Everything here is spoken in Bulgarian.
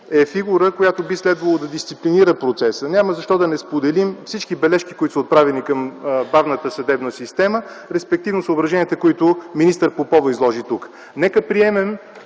е фигура, която би следвало да дисциплинира процесът. Няма защо да не споделим всички бележки, отправени към бавната съдебна система, респективно съображенията, които министър Попова изложи тук. Нека приемем